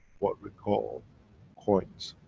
what we call coins.